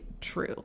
true